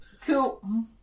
Cool